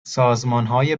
سازمانهای